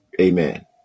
amen